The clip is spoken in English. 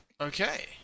Okay